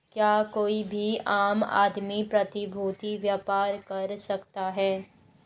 क्या कोई भी आम आदमी प्रतिभूती व्यापार कर सकता है?